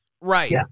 Right